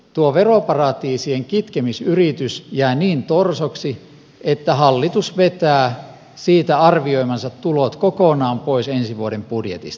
tuo veroparatiisien kitkemisyritys jää niin torsoksi että hallitus vetää siitä arvioimansa tulot kokonaan pois ensi vuoden budjetista